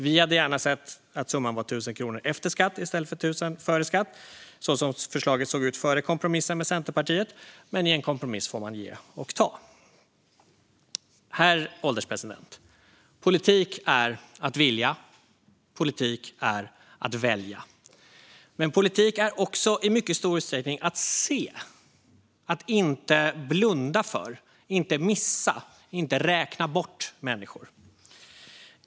Vi hade gärna sett att summan var 1 000 kronor efter skatt i stället för 1 000 kronor före skatt - så såg förslaget ut före kompromissen med Centerpartiet - men i en kompromiss får man ge och ta. Herr ålderspresident! Politik är att vilja. Politik är att välja. Men politik är också i mycket stor utsträckning att se - att inte blunda för, inte missa, inte räkna bort människor.